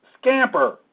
scamper